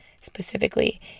specifically